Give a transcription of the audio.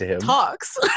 talks